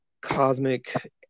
cosmic